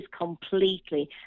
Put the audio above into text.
completely